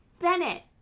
bennett